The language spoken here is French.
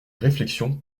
réflexion